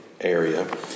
area